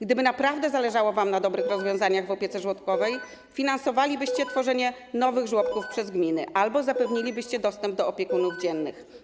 Gdyby naprawdę zależało wam na dobrych rozwiązaniach w opiece żłobkowej, finansowalibyście tworzenie nowych żłobków przez gminy albo zapewnilibyście dostęp do opiekunów dziennych.